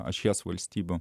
ašies valstybių